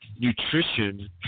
nutrition